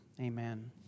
Amen